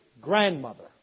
grandmother